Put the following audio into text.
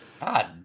God